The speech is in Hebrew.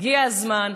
הגיע הזמן.